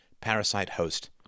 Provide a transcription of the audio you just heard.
parasite-host